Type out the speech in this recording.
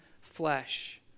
flesh